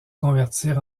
convertir